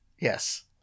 Yes